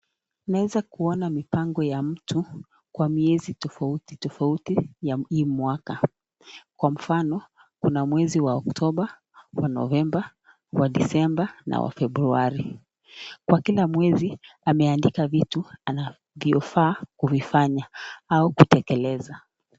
Naweza kuona mipango ya mtu kwa miezi tofauti tofauti ya hii mwaka. Kwa mfano, kuna muezi wa Oktoba, wa Novemba, wa Desemba, na wa Februari. Kwa kila mwezi, ameandika vitu anavyofaa kuvifanya au kutekeleza.